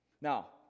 Now